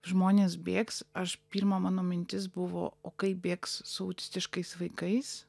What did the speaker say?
žmonės bėgs aš pirma mano mintis buvo o kai bėgs su autistiškais vaikais